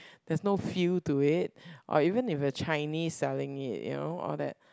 there's no feel to it or even if a Chinese selling it you know all that